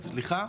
סליחה,